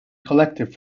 collected